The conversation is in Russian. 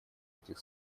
этих